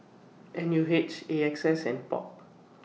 N U H A X S and POP